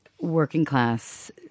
working-class